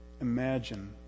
imagine